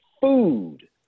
food